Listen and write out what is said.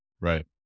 Right